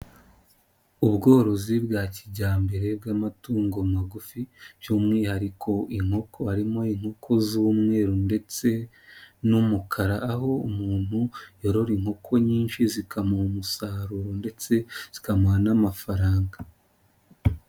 Ubworozi bwa kijyambere bw'amatungo magufi, by'umwihariko inkoko, harimo inkoko z'umweru ndetse n'umukara, aho umuntu yorora inkoko nyinshi zikamuha umusaruro ndetse zikamuha n'amafaranga.